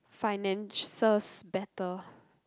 finances better